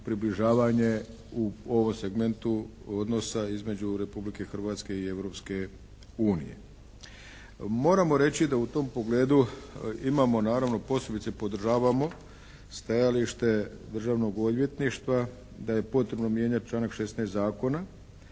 približavanje u ovom segmentu odnosa između Republike Hrvatske i Europske unije. Moramo reći da u tom pogledu imamo, naravno posebice podržavamo stajalište Državnog odvjetništva da je potrebno mijenjati članak 16. Zakona